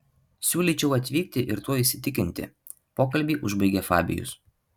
siūlyčiau atvykti ir tuo įsitikinti pokalbį užbaigė fabijus